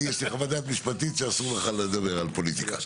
יש לי חוות דעת משפטית שאסור לך לדבר על פוליטיקה.